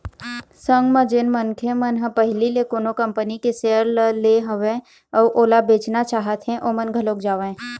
संग म जेन मनखे मन ह पहिली ले कोनो कंपनी के सेयर ल ले हवय अउ ओला बेचना चाहत हें ओमन घलोक जावँय